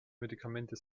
medikamente